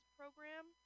program